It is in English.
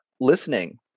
listening